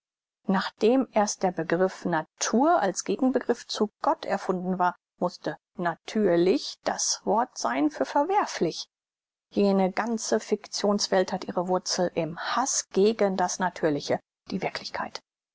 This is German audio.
nachdem erst der begriff natur als gegenbegriff zu gott erfunden war mußte natürlich das wort sein für verwerflich jene ganze fiktions welt hat ihre wurzel im haß gegen das natürliche die wirklichkeit